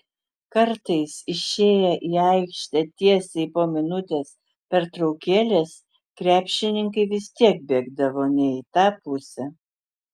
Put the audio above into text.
kartais išėję į aikštę tiesiai po minutės pertraukėlės krepšininkai vis tiek bėgdavo ne į tą pusę